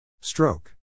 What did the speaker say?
Stroke